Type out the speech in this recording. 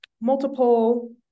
multiple